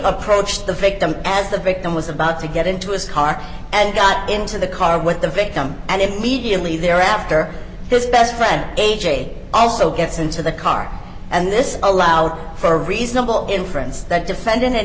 approached the victim as the victim was about to get into his car and got into the car with the victim and immediately thereafter his best friend a j also gets into the car and this allowed for a reasonable inference that defendant and